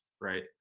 right